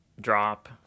drop